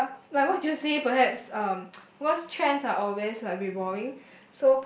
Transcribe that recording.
per~ but like what do you say perhaps um because trends are always like revolving